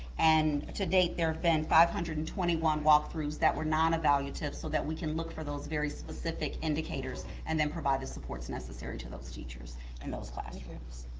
and to date there have been five hundred and twenty one walk-throughs that were non-evaluative so that we can look for those very specific indicators and then provide the supports necessary to those teachers and those classrooms.